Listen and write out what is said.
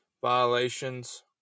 violations